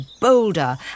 bolder